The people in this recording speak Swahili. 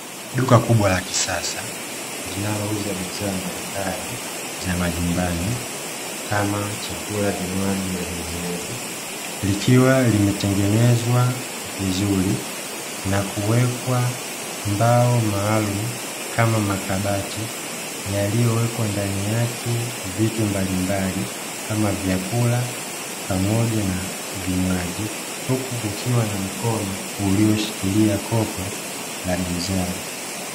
Duka kubwa la kisasa, linalouza bidhaambalimbali za majumbani kama chakula, vinywaji na vinginevyo, likiwa limetengenezwa vizuri na kuwekwa mbao maalum, kama makabati yaliyowekwa ndani yake vitu mbalimbali; kama vyakula pamoja na vinywaji, huku kukiwa na mkono ulioshikilia kopo la bidhaa .